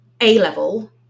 A-level